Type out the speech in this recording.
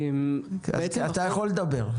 אתה יכול לדבר.